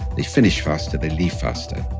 they finish faster, they leave faster.